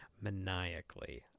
maniacally